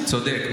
צודק.